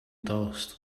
dost